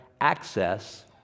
access